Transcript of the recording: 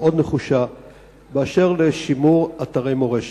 המאוד-נחושה באשר לשימור אתרי מורשת.